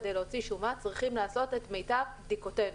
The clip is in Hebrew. כדי להוציא שומה צריכים לעשות את מיטב בדיקותינו.